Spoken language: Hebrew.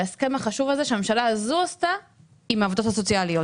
ההסכם החשוב הזה שהממשלה הזו עשתה עם העובדות הסוציאליות,